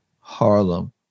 Harlem